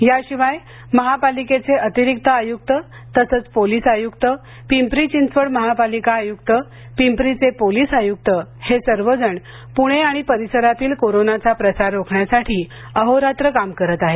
याशिवाय महापालिकेचे अतिरिक्त आयुक्त तसंच पोलीस आयुक्त पिंपरी चिंचवड महापालिका आयुक्त पिंपरीचे पोलीस आयुक्त हे सर्वजण पुणे आणि परिसरातील कोरोनाचा प्रसार रोखण्यासाठी अहोरात्र काम करत आहेत